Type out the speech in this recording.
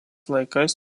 laikais